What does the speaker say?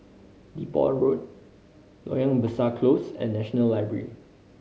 Depot Road Loyang Besar Close and National Library